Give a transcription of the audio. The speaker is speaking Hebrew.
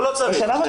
לא, לא, לא צריך.